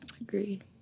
Agreed